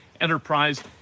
enterprise